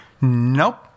Nope